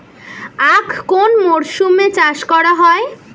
আখ কোন মরশুমে চাষ করা হয়?